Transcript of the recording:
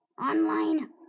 Online